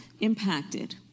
impacted